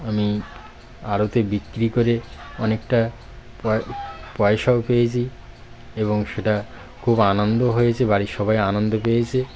আমি আড়তে বিক্রি করে অনেকটা পয়সাও পেয়েছি এবং সেটা খুব আনন্দ হয়েছে বাড়ির সবাই আনন্দ পেয়েছে